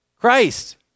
Christ